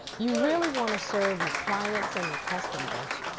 you really want to serve your clients and your customers